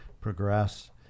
progress